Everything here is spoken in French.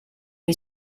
est